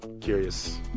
Curious